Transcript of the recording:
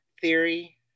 theory